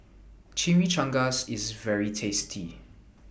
Chimichangas IS very tasty